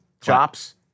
chops